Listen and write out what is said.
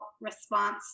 response